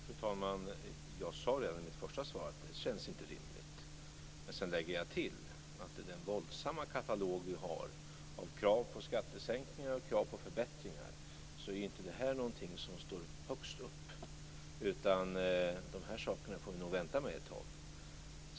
Fru talman! Jag sade redan i mitt första svar att det inte känns rimligt. Men sedan lade jag till att i den våldsamma katalog som vi har av krav på skattesänkningar och krav på förbättringar, är inte detta någonting som står högst upp. De här sakerna får vi nog vänta med ett tag.